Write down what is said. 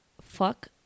fuck